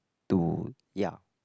to ya